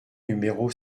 numéro